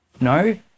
No